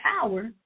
power